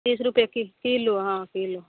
तीस रुपये कि किलो हॅं किलो